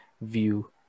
view